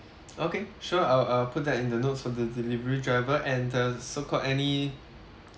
okay sure I'll I'll put that in the notes for the delivery driver and the so called any